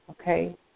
Okay